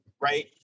right